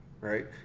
right